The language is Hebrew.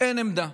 אין עמדה.